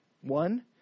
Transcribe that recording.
one